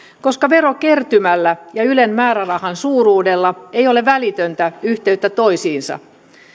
koska verokertymällä ja ylen määrärahan suuruudella ei ole välitöntä yhteyttä toisiinsa